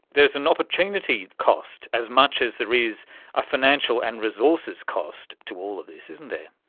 there is an opportunity cost as much as there is a financial and resources cost to all of this, isn't there.